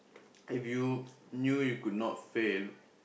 if you knew you could not fail